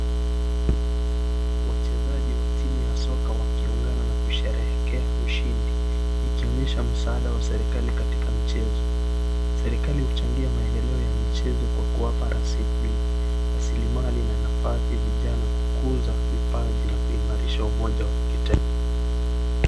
Wachezaji wa timu ya soka wakiungana na kusherehekea ushindi. Ikionyesha msaada wa serikali katika mchezo. Serikali huchangia maendeleo ya michezo kwa kuwapa rasilmali na nafasi vijana kukuza vipaji na kuimarisha umoja wa kitaifa.